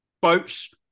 boats